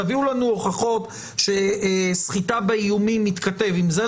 תביאו לנו הוכחות שסחיטה באיומים מתכתב עם זה,